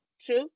true